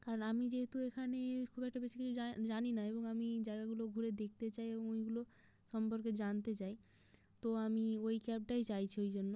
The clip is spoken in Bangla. কারণ আমি যেহেতু এখানে খুব একটা বেশি কিছু জানি না এবং আমি জায়গাগুলো ঘুরে দেখতে চাই এবং ওইগুলো সম্পর্কে জানতে চাই তো আমি ওই ক্যাবটাই চাইছি ওই জন্য